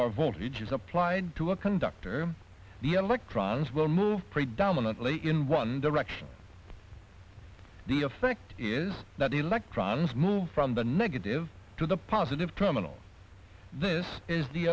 or voltage is applied to a conductor the electrons will move predominantly in one direction the effect is that the electrons move from the negative to the positive terminal this is the